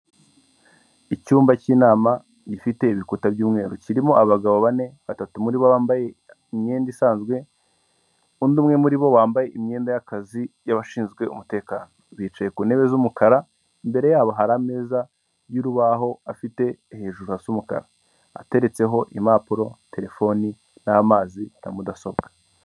Icyumba cy'inama gifite ibikuta by'umweru kirimo abagabo bane batatu muri bo bambaye imyenda isanzwe, undi umwe muri bo wambaye imyenda y'akazi y'abashinzwe umutekano, bicaye ku ntebe z'umukara imbere yabo hari ameza y'urubaho afite hejuru hasa umukara, ateretseho impapuro, terefoni n'amazi na mudasobwa.